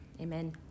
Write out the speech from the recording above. amen